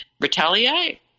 retaliate